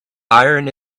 iron